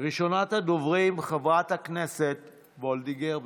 ראשונת הדוברים, חברת הכנסת וולדיגר,